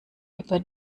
über